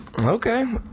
Okay